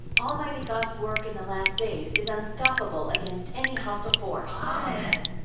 almighty god's work in the last days is unstoppable against any hostile force! amen!